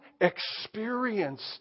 experienced